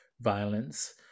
violence